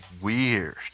weird